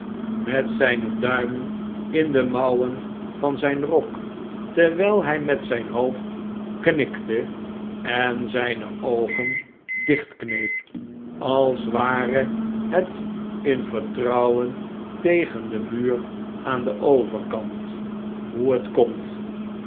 met zijne duimen in de mouwen van zijn rok terwijl hij met zijn hoofd knikte en zijne oogen dichtkneep als ware het in vertrouwen tegen den muur aan den overkant hoe het komt